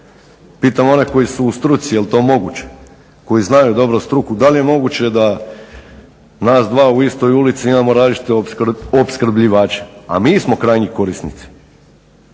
Pitam one koji su u struci jel to moguće? Koji znaju dobro struku, dal je moguće da nas dva u istoj ulici imamo različite opskrbljivače, a mi smo krajnji korisnici.